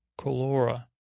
Colora